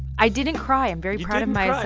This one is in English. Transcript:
i didn't cry. i'm very proud of myself.